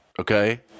Okay